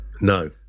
No